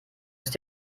ist